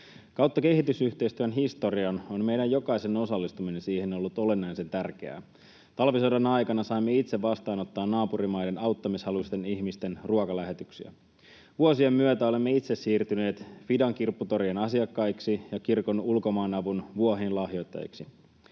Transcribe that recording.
Kautta kehitysyhteistyön historian on meidän jokaisen osallistuminen siihen ollut olennaisen tärkeää. Talvisodan aikana saimme itse vastaanottaa naapurimaiden auttamishaluisten ihmisten ruokalähetyksiä. Vuosien myötä olemme itse siirtyneet Fidan kirpputorien asiakkaiksi ja Kirkon Ulkomaanavun vuohien lahjoittajiksi.